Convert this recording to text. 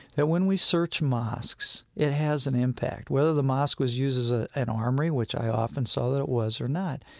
that when we search mosques, it has an impact, whether the mosque was used as ah an armory, which i often saw that it was, or not.